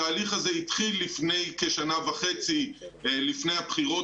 התהליך הזה התחיל לפני כשנה וחצי לפני הבחירות